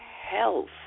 health